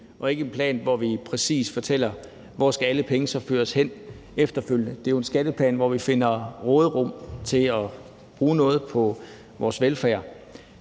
og ikke en plan, hvor vi præcist fortæller, hvor alle pengene så skal føres hen efterfølgende. Det er jo en skatteplan, hvor vi finder råderum til at bruge noget på vores velfærd.